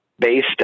based